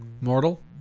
mortal